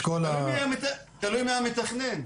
תלוי מי המתכנן.